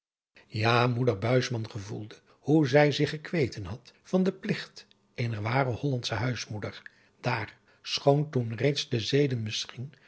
moeder buisman gevoelde hoe zij zich gekweten had van den pligt eener ware hollandsche huismoeder daar schoon toen reeds de zeden misschien